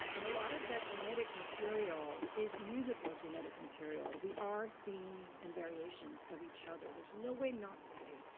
and a lot of that genetic material is musical genetic material. we are themes and variations of each other. there's no way not to be.